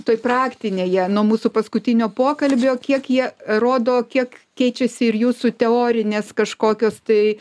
toj praktinėje nuo mūsų paskutinio pokalbio kiek jie rodo kiek keičiasi ir jūsų teorinės kažkokios tai